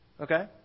Okay